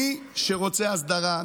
מי שרוצה הסדרה,